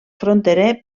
fronterer